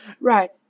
Right